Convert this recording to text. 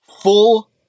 full